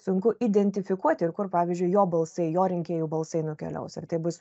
sunku identifikuoti ir kur pavyzdžiui jo balsai jo rinkėjų balsai nukeliaus ar tai bus